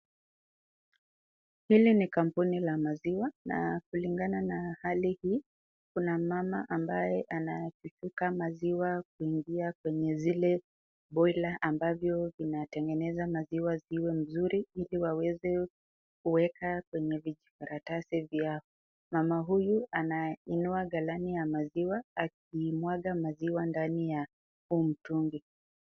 Hili ni kampuni ya maziwa na kulingana na hali hii kuna mama ambaye anachipuka maziwa kuingia kwenye zile boiler ambazo zinatengeneza maziwa ziwe mzuri ili waweze kuweka kwenye vijikaratasi vyao. Mama huyu anainua galani ya maziwa akiimwaga maziwa ndani ya huu mtungi.